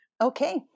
Okay